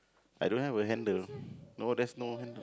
I don't have a handle no there's no handle